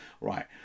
Right